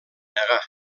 negà